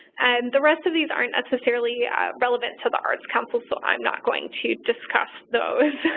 and the rest of these aren't necessarily relevant to the arts council, so i'm not going to discuss those.